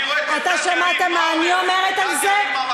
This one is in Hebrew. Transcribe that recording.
אבל אני רואה, אתה שמעת מה אני אומרת על זה?